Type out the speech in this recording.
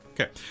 Okay